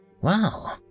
Wow